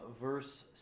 verse